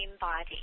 body